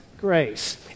grace